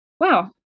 wow